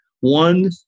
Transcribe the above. One